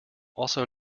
also